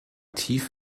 tief